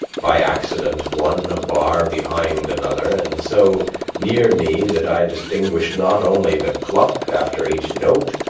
by accident one a bar behind another, and so near me that i distinguished not only the cluck after each note,